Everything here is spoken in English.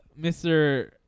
Mr